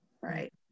Right